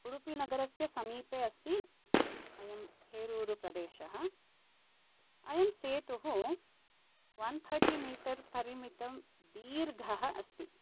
उडुपि नगरस्य समीपे अस्ति अयं हेरूरु प्रदेश अयं सेतु ओन् थर्टि मीटर् परिमितं दीर्घ अस्ति